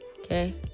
okay